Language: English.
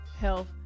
health